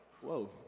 Whoa